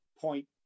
point